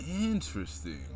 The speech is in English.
Interesting